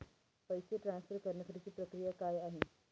पैसे ट्रान्सफर करण्यासाठीची प्रक्रिया काय आहे?